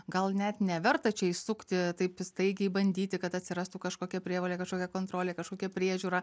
gal net neverta čia įsukti taip staigiai bandyti kad atsirastų kažkokia prievolė kažkokia kontrolė kažkokia priežiūra